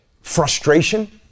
frustration